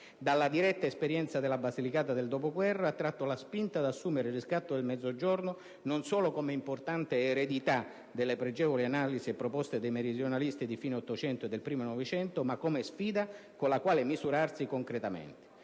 Dalla diretta esperienza della Basilicata del dopoguerra ha tratto la spinta ad assumere il riscatto del Mezzogiorno non solo come importante eredità delle pregevoli analisi e proposte dei meridionalisti di fine Ottocento e del primo Novecento, ma come sfida con la quale misurarsi concretamente.